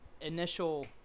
initial